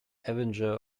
avenger